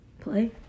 Play